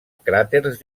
cràters